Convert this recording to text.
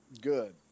Good